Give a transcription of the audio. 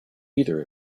either